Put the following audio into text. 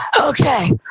Okay